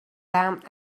damned